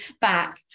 back